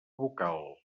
vocal